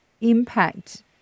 impact